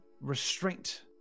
restraint